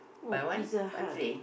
buy one one free